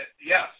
yes